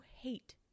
hate